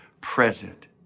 present